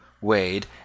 Wade